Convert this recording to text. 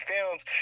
Films